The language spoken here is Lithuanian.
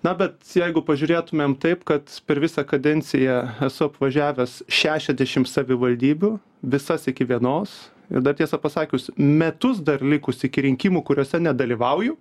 na bet jeigu pažiūrėtumėm taip kad per visą kadenciją esu apvažiavęs šešiasdešim savivaldybių visas iki vienos ir dar tiesą pasakius metus dar likus iki rinkimų kuriuose nedalyvauju